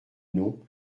non